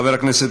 חבר הכנסת